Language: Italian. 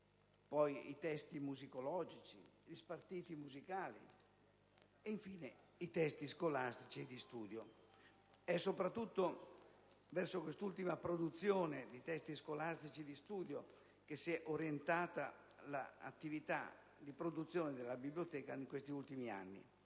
di testi musicologici e spartiti musicali e di testi scolastici e di studio. È soprattutto verso quest'ultima produzione di testi scolastici e di studio che si è orientata l'attività di produzione della Biblioteca di Monza di questi ultimi anni.